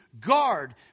guard